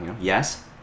yes